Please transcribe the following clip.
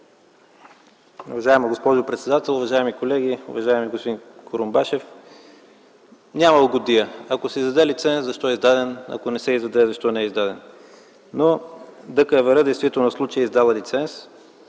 ДКЕВР действително в случая е издала лиценз.